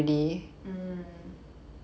mm